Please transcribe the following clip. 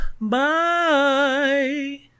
Bye